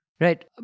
Right